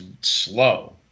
slow